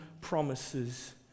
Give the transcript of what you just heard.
promises